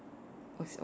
was open